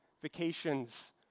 vacations